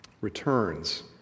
returns